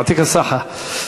יעטיכ א-ס'חה (בערבית: